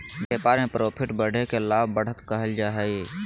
व्यापार में प्रॉफिट बढ़े के लाभ, बढ़त कहल जा हइ